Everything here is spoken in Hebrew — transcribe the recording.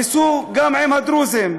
ניסו גם עם הדרוזים,